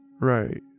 Right